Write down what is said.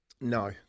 No